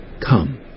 come